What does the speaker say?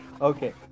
Okay